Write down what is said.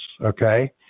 Okay